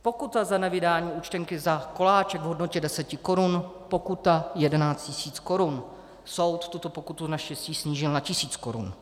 Pokuta za nevydání účtenky za koláček v hodnotě 10 korun 11 tisíc korun soud tuto pokutu naštěstí snížil na tisíc korun.